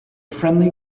friendly